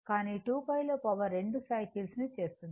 కానీ 2π లో పవర్ రెండు సైకిల్స్ను చేస్తుంది